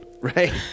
right